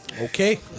Okay